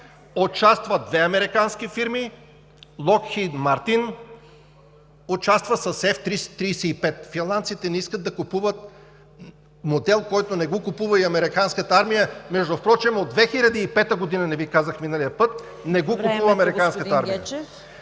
Времето, господин Гечев!